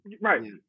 Right